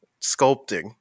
sculpting